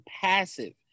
passive